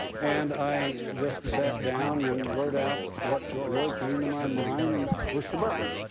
and i just sat down and wrote out what really came to my mind and pushed the button,